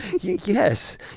Yes